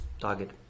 target